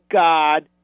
God